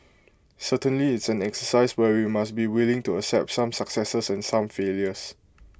certainly it's an exercise where we must be willing to accept some successes and some failures